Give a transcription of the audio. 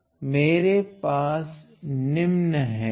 तो मेरे पास निम्न हैं